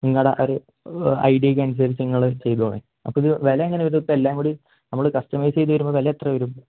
നിങ്ങളുട ഒരു ഐഡിയയ്ക്ക് അനുസരിച്ച് നിങ്ങൾ ചെയ്തുകൊള്ളൂ അപ്പോഴത് വില എങ്ങനെയത് ഇപ്പോൾ എല്ലാം കൂടി നമ്മൾ കസ്റ്റമൈസ് ചെയ്ത് വരുമ്പോൾ വില എത്ര വരും